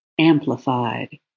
amplified